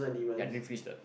ya I didn't finish the